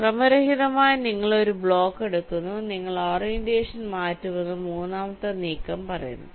ക്രമരഹിതമായി നിങ്ങൾ ഒരു ബ്ലോക്ക് എടുക്കുന്നു നിങ്ങൾ ഓറിയന്റേഷൻ മാറ്റുമെന്ന് മൂന്നാമത്തെ നീക്കം പറയുന്നു